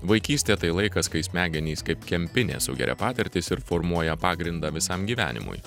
vaikystė tai laikas kai smegenys kaip kempinė sugeria patirtis ir formuoja pagrindą visam gyvenimui